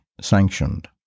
sanctioned